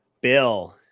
Bill